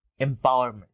empowerment